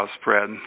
spread